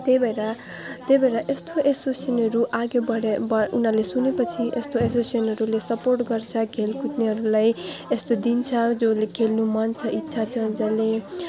त्यही भएर त्यही भएर यस्तो एसोसिएसनहरू अघि बढे बढ् उनीहरूले सुनेपछि यस्तो एसोसिएसनहरूले सपोर्ट गर्छ खेलकुद्नेहरूलाई यस्तो दिन्छ जसले खेल्नु मन छ इच्छा छ जसले